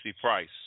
Price